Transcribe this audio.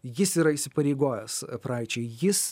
jis yra įsipareigojęs praeičiai jis